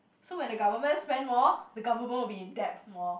so when the government spend more the government will be in debt more